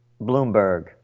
Bloomberg